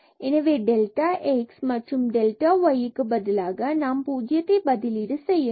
எனவே deltax மற்றும் delta yக்கு பதிலாக நாம் 0ஐ பதிலீடு செய்யலாம்